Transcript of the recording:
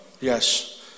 Yes